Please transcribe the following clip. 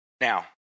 Now